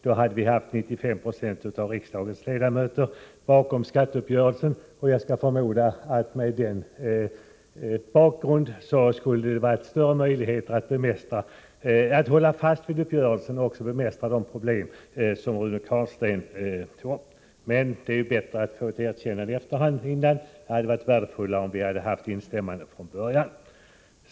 Då hade vi haft 95 90 av riksdagens ledamöter bakom skatteuppgörelsen, och jag förmodar att det mot denna bakgrund skulle ha funnits större möjligheter att hålla fast vid uppgörelsen och även bemästra de problem som Rune Carlstein tog upp. Det är bra att få ett erkännande i efterhand, men det hade varit värdefullare om vi hade fått ett instämmande från början.